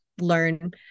learn